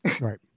Right